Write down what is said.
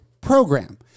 program